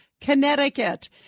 Connecticut